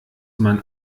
man